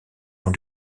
gens